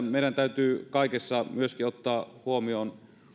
meidän täytyy kaikessa meidän toimissamme myöskin ottaa huomioon